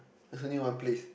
there's only one place